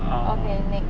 okay next